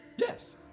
Yes